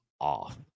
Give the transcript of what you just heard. off